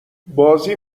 بازی